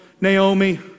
Naomi